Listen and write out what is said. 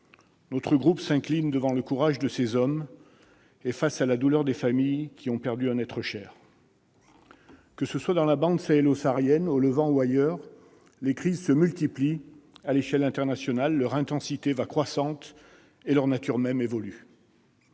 Mon groupe s'incline devant le courage de ces hommes et face à la douleur des familles qui ont perdu un être cher. Que ce soit dans la bande sahélo-saharienne, au Levant ou ailleurs, les crises se multiplient à l'échelle internationale, leur intensité va croissante et leur nature même évolue.